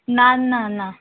ना ना ना